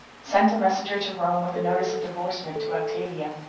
sent a messenger to rome with a notice of divorcement to octavia,